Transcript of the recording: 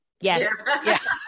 Yes